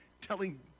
telling